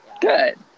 good